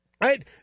right